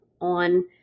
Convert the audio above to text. on